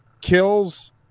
kills